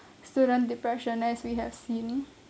student depression as we have seen